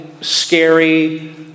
scary